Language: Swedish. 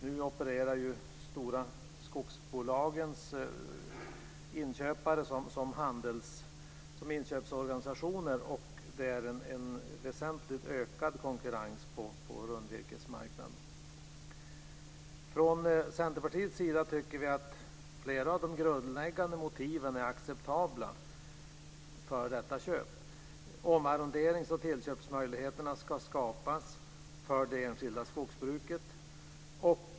Nu opererar ju de stora skogsbolagens inköpare som inköpsorganisationer, och det är en väsentligt ökad konkurrens på rundvirkesmarknaden. Från Centerpartiets sida tycker vi att flera av de grundläggande motiven för detta köp är acceptabla. Omarrenderings och tillköpsmöjligheter ska skapas för det enskilda skogsbruket.